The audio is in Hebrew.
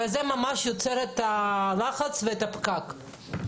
זה יוצר את הלחץ ואת הפקק.